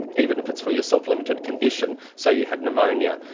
even if it's for your self-limited condition, say you had pneumonia,